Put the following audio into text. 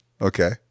Okay